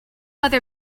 other